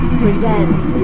presents